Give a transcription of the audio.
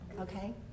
Okay